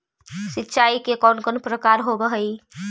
सिंचाई के कौन कौन प्रकार होव हइ?